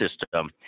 system